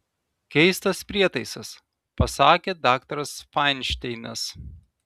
keistas prietaisas pasakė daktaras fainšteinas